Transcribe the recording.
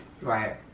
Right